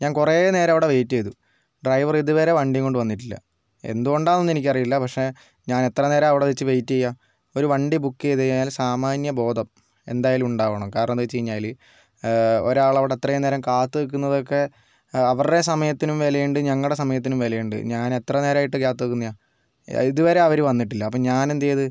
ഞാൻ കുറെ നേരം അവിടെ വൈറ്റ് ചെയ്തു ഡ്രൈവർ ഇതുവരെ വണ്ടീം കൊണ്ട് വന്നിട്ടില്ല എന്തു കൊണ്ടാന്നെന്നും എനിക്കറിയില്ല പക്ഷേ ഞാനെത്ര നേരം അവിടെ വെച്ച് വൈറ്റ് ചെയ്യുക ഒരു വണ്ടി ബുക്ക് ചെയ്ത് കഴിഞ്ഞാൽ സാമാന്യ ബോധം എന്തായാലും ഉണ്ടാവണം കാരണം എന്താ വെച്ചു കഴിഞ്ഞാൽ ഒരാൾ അവിടെ അത്രേം നേരം അവിടെ കാത്തുനിൽക്കുന്നതൊക്കെ അവരുടെ സമയത്തിനും വിലയുണ്ട് ഞങ്ങടെ സമയത്തിനും വിലയുണ്ട് ഞാനെത്ര നേരമായിട്ട് കാത്തു നിൽക്കുന്നെയാണ് ഇതുവരെ അവർ വന്നിട്ടില്ല അപ്പോൾ ഞാനെന്തെയ്ത്